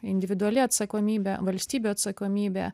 individuali atsakomybė valstybių atsakomybė